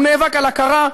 הוא נאבק על הכרה.